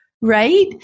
right